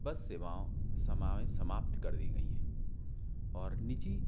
बस सेवाओं समाप्त कर दीं गई हैं और निजी